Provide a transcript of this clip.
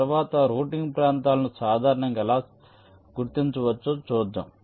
తరువాత రౌటింగ్ ప్రాంతాలను సాధారణంగా ఎలా గుర్తించవచ్చో చూద్దాం